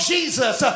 Jesus